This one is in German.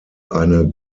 eine